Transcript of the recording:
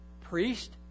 priest